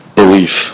belief